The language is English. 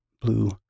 blue